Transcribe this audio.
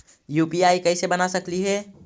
UPI कैसे बना सकली हे?